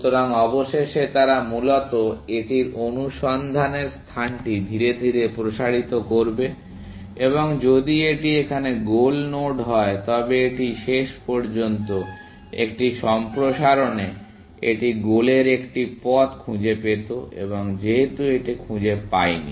সুতরাং অবশেষে তারা মূলত এটির অনুসন্ধানের স্থানটি ধীরে ধীরে প্রসারিত করবে এবং যদি এটি এখানে গোল নোড হয় তবে এটি শেষ পর্যন্ত একটি সম্প্রসারণে এটি গোলের একটি পথ খুঁজে পেত এবং যেহেতু এটি খুঁজে পায়নি